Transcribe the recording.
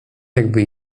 jakby